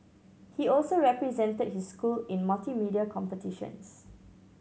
he also represented his school in multimedia competitions